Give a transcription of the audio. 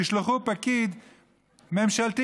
תשלחו פקיד ממשלתי,